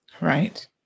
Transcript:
Right